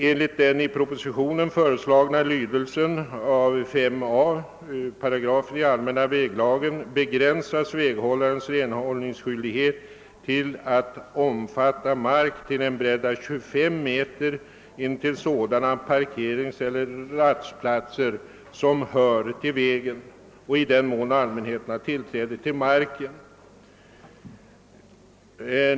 Enligt den i propositionen föreslagna lydelsen av 5 a 8 i den allmänna väglagen begränsas väghållarens renhållningsskyldighet till att omfatta »mark till en bredd av 25 meter intill parkeringseller rastplats som hör till vägen, i den mån allmänheten har tillträde till marken«.